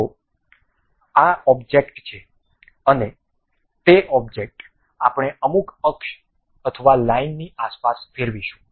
તો આ ઓબ્જેક્ટ છે અને તે ઓબ્જેક્ટ આપણે અમુક અક્ષ અથવા લાઈનની આસપાસ ફેરવીશું